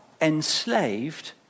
enslaved